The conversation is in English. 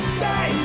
say